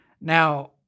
Now